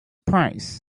price